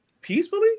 peacefully